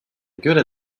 göre